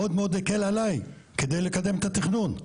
מאוד הקל עליי כדי לקדם את התכנון.